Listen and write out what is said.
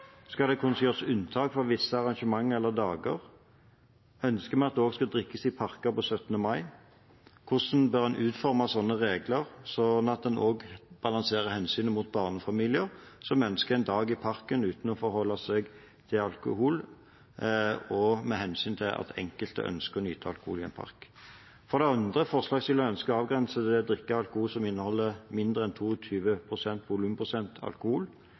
Skal det kunne gjøres unntak for visse arrangementer eller dager? Ønsker man at det også skal drikkes i parker på 17. mai? Hvordan bør en utforme reglene slik at en balanserer hensynet til barnefamilier som ønsker en dag i parken uten å forholde seg til alkohol, mot hensynet til enkelte som ønsker å nyte alkohol i en park? For det andre: Forslagsstillerne ønsker å avgrense drikking av alkohol til drikke som inneholder mindre enn 22 volumprosent alkohol.